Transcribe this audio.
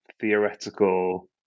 theoretical